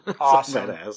awesome